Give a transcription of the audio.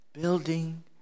Building